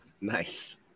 Nice